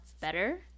better